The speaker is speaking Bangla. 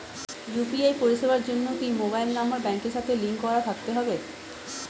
ইউ.পি.আই পরিষেবার জন্য কি মোবাইল নাম্বার ব্যাংকের সাথে লিংক করা থাকতে হবে?